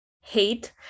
hate